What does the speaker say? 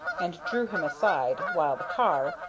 and drew him aside, while the car,